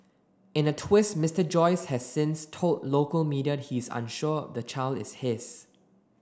in a twist Mister Joyce has since told local media he is unsure the child is his